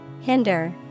Hinder